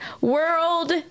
World